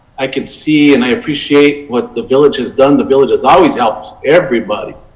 i can see and i appreciate what the village has done. the village has always helped everybody.